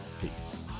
Peace